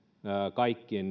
kaikkien